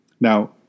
Now